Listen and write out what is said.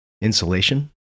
Insulation